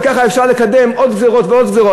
וכך אפשר לקדם עוד ועוד גזירות.